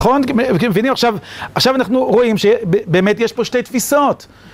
נכון? מבינים, עכשיו אנחנו רואים שבאמת יש פה שתי תפיסות.